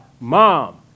Mom